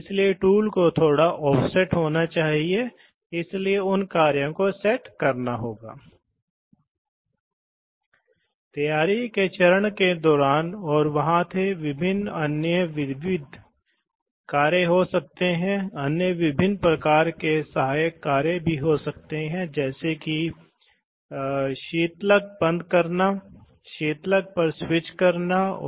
उसके बाद इसे एक पोर्ट पर लागू किया जाता है इसलिए अंत में सिस्टम पर दबाव तब लागू होता है जब आपके पास A या B या C होता है इसलिए यह एक तीन इनपुट अंत है या यह एक तीन इनपुट OR है